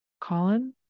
Colin